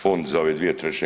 Fond za ove 2/